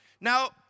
Now